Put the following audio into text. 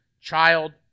child